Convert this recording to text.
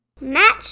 Match